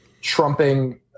trumping